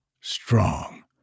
strong